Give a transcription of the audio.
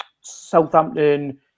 Southampton